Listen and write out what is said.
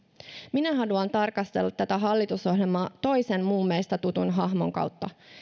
minä haluan tarkastella tätä hallitusohjelmaa toisen muumeista tutun hahmon kautta